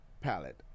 palette